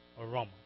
aroma